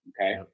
Okay